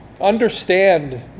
understand